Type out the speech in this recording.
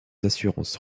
assurances